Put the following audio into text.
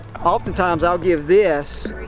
oftentimes, i'll give this